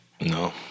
No